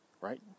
right